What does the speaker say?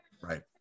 right